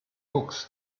books